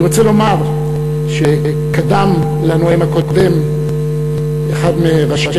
אני רוצה לומר שקדם לנואם הקודם אחד מראשי